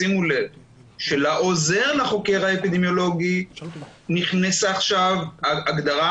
שימו לב שלעוזר לחוקר האפידמיולוגי נכנסה עכשיו הגדרה